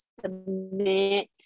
submit